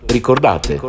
Ricordate